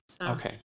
Okay